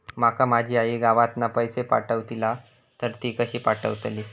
माका माझी आई गावातना पैसे पाठवतीला तर ती कशी पाठवतली?